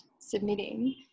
submitting